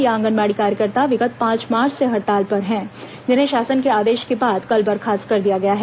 ये आंगनबाड़ी कार्यकर्ता विगत पांच मार्च से हड़ताल पर है जिन्हें शासन के आदेश के बाद कल बर्खास्त कर दिया गया है